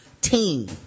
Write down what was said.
team